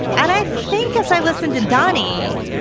and i think as i listen to danny,